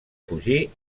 fugí